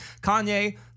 Kanye